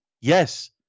Yes